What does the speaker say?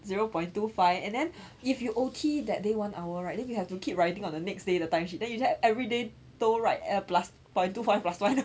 zero point two five and then if you O_T that day one hour right then you have to keep writing on the next day the time sheet then you like everyday 都 write eh plus two five plus one